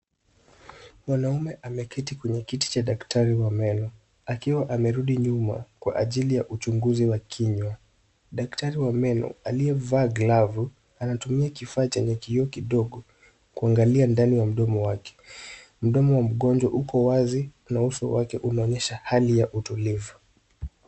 Mwanaume ameketi kwenye kiti cha daktari wa meno, akiwa amerudi nyuma, kwa ajili ya uchunguzi wa kinywa. Daktari wa meno, aliyevaa glavu, anatumia kifaa chenye kioo kidogo, kuangalia ndani wa mdomo wake. Mdomo wa mgonjwa uko wazi, na uso wake unaonyesha hali ya utulivu.